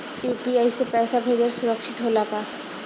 UPI से पैसा भेजल सुरक्षित होला का?